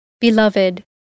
Beloved